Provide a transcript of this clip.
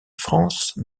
france